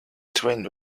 twinned